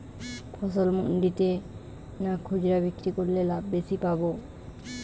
ফসল মন্ডিতে না খুচরা বিক্রি করলে লাভ বেশি পাব?